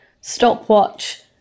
Stopwatch